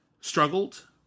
struggled